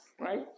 Right